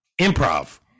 improv